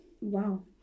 Wow